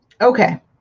Okay